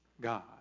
God